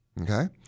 Okay